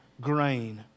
grain